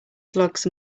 slugs